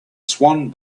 swan